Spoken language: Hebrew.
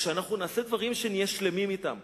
כשאנחנו נעשה דברים שנהיה שלמים אתם,